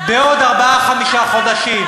בעוד ארבעה-חמישה חודשים?